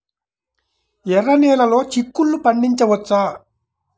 ఎర్ర నెలలో చిక్కుల్లో పండించవచ్చా?